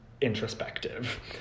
introspective